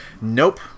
Nope